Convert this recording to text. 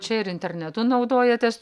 čia ir internetu naudojatės